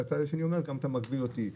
והצד השני גם אומר: אתה מגביל אותי.